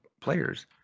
players